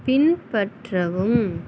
பின்பற்றவும்